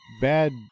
bad